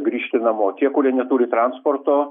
grįžti namo tie kurie neturi transporto